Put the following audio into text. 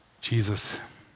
Jesus